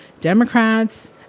Democrats